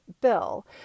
Bill